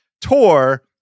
tour